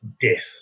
death